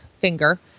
finger